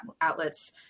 outlets